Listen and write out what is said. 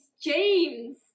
James